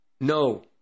No